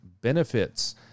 benefits